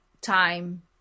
time